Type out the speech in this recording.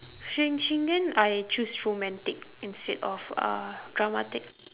sh~ shingen I choose romantic instead of dramatic